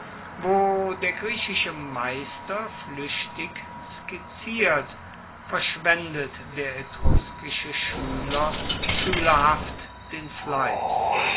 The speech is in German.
wo der griechische meister fluechtig skizziert verschwendet der etruskische schueler schuelerhaft den fleiss